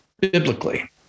biblically